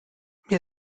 mir